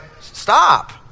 Stop